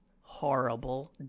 horrible